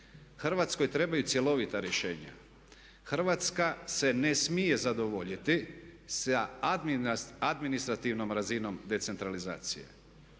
Hrvatskoj trebaju cjelovita rješenja, Hrvatska se ne smije zadovoljiti sa administrativnom razinom decentralizacije.